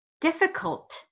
difficult